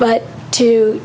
but to